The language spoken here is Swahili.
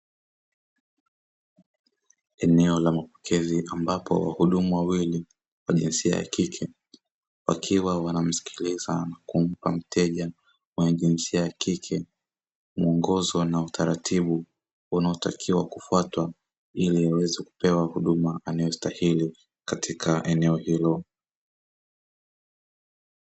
Eneo la mapokezi ambapo wahudumu wawili wa jinsia ya kike wakiwa wanamsikiliza na kumpa mteja wa jinsia ya kike, muongozo na utaratibu unaotakiwa kufuatwa ili aweze kupewa huduma anayostahili katika eneo hiyo.